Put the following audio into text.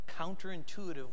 counterintuitive